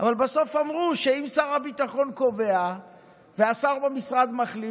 אבל בסוף אמרו שאם שר הביטחון קובע והשר במשרד מחליט,